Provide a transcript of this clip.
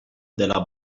della